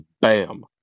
bam